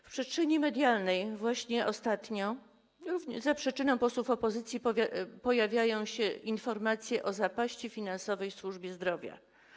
W przestrzeni medialnej właśnie ostatnio za przyczyną posłów opozycji pojawiają się informacje o zapaści finansowej w służbie zdrowia.